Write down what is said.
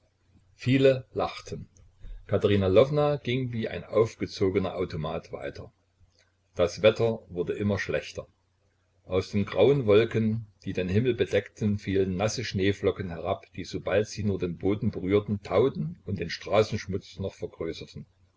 viele lachten katerina lwowna ging wie ein aufgezogener automat weiter das wetter wurde immer schlechter aus den grauen wolken die den himmel bedeckten fielen nasse schneeflocken herab die sobald sie nur den boden berührten tauten und den straßenschmutz noch vergrößerten